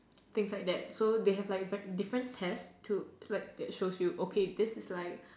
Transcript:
things like that so they have like different test that like shows you this is like